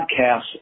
podcasts